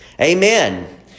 Amen